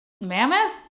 mammoth